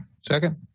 Second